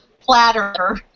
platter